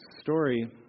story